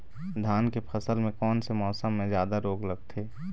धान के फसल मे कोन से मौसम मे जादा रोग लगथे?